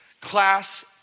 class